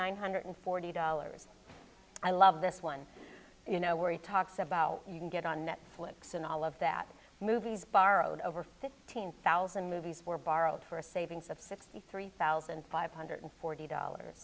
one hundred forty dollars i love this one you know where he talks about you can get on netflix and all of that movies borrowed over fifteen thousand movies for borrowed for a savings of sixty three thousand five hundred forty dollars